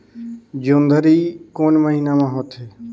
जोंदरी कोन महीना म होथे?